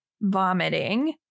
vomiting